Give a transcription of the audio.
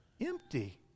empty